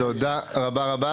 תודה רבה.